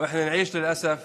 שבזמנו דרש להעביר את רשות